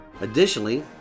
Additionally